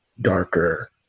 Darker